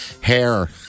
Hair